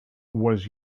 was